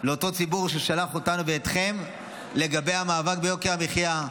לאותו ציבור ששלח אותנו ואתכם למאבק ביוקר המחיה.